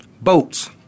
boats